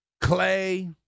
Clay